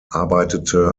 arbeitete